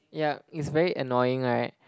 yeah it's very annoying right